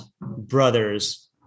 brothers